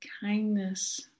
kindness